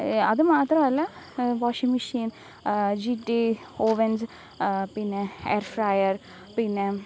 അത് മാത്രമല്ല washing machine G T ovens പിന്നെ എയർ ഫ്രയർ പിന്നെ